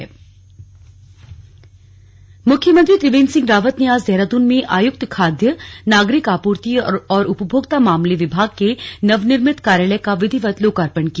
लोकार्पण मुख्यमंत्री त्रिवेन्द्र सिंह रावत ने आज देहरादून में आयुक्त खाद्य नागरिक आपूर्ति और उपभोक्ता मामले विभाग के नवनिर्मित कार्यालय का विधिवत लोकापर्ण किया